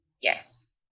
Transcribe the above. yes